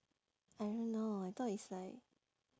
I don't know I thought it's like